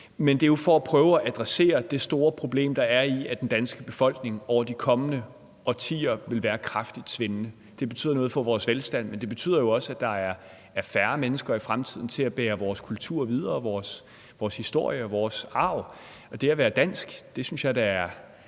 Men det er jo for at prøve at adressere det store problem, der er i, at den danske befolkning over de kommende årtier vil være kraftigt svindende. Det betyder noget for vores velstand, men det betyder også, at der er færre mennesker i fremtiden til at bære vores kultur, vores historie, vores arv og det at være dansk videre. Jeg synes da, det er